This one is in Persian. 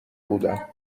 بودم